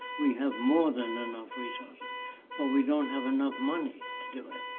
we have more than enough resources but we don't have enough money to do it.